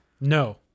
No